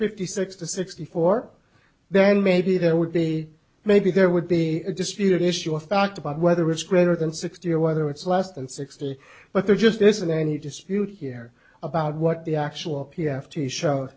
fifty six to sixty four then maybe there would be maybe there would be a disputed issue of fact about whether it's greater than sixty or whether it's less than sixty but there just isn't any dispute here about what the actual p have to show